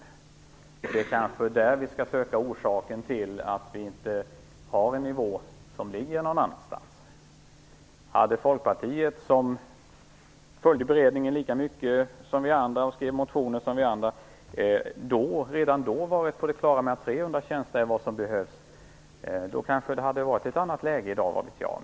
Det är kanske där vi skall söka orsaken till att vi inte har en annan nivå. Hade Folkpartiet, som följde beredningen lika mycket som vi andra och skrev motioner som vi andra, redan då varit på det klara med att 300 tjänster är vad som behövs hade vi kanske haft ett annat läge i dag, vad vet jag.